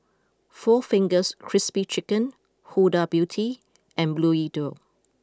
Four Fingers Crispy Chicken Huda Beauty and Bluedio